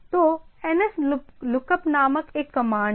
तो nslookup नामक एक कमांड है